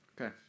Okay